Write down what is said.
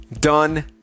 Done